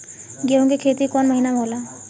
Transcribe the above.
गेहूं के खेती कौन महीना में होला?